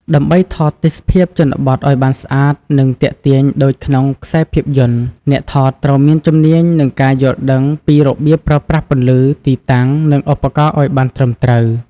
ដើម្បីថតទេសភាពជនបទឲ្យបានស្អាត និងទាក់ទាញដូចក្នុងខ្សែភាពយន្ត អ្នកថតត្រូវមានជំនាញ និងការយល់ដឹងពីរបៀបប្រើប្រាស់ពន្លឺ ទីតាំង និងឧបករណ៍ឲ្យបានត្រឹមត្រូវ។